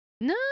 No